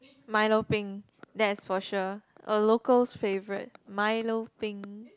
milo-peng that's for sure a local favourite milo-peng